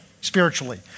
spiritually